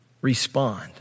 respond